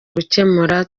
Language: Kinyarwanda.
gukemura